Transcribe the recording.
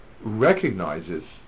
recognizes